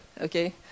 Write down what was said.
okay